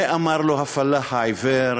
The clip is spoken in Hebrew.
מה אמר לו הפלאח העיוור?